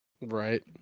Right